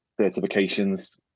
certifications